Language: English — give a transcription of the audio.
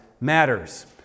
matters